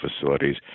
facilities